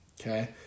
Okay